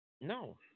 no